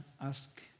ask